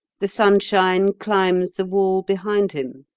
the sunshine climbs the wall behind him,